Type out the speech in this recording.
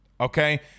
okay